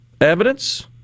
evidence